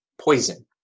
poison